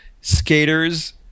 skaters